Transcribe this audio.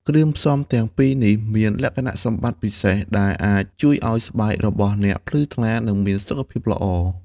គ្រឿងផ្សំទាំងពីរនេះមានលក្ខណៈសម្បត្តិពិសេសដែលអាចជួយឲ្យស្បែករបស់អ្នកភ្លឺថ្លា និងមានសុខភាពល្អ។